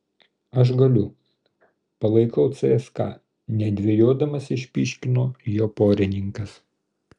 aš galiu palaikau cska nedvejodamas išpyškino jo porininkas